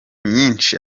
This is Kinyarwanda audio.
myinshi